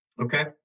Okay